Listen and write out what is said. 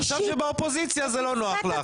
עכשיו כשאת באופוזיציה, זה לא נוח.